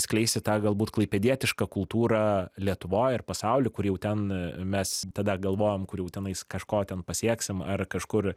skleisti tą galbūt klaipėdietišką kultūrą lietuvoj ir pasauly kur jau ten mes tada galvojom kur jau tenais kažko ten pasieksim ar kažkur